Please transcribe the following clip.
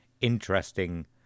interesting